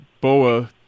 BOA